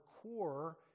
core